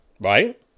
Right